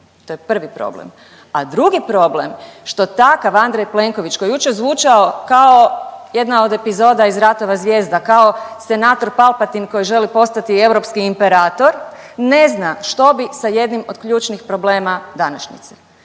To je prvi problem, a drugi problem što takav Andrej Plenković koji je jučer zvučao kao jedna od epizoda iz Ratova zvijezda kao senator Palpatine koji želi postati europski imperator, ne zna što bi sa jednim od ključnih problema današnjice.